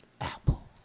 Apple